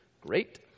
great